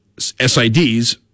SIDs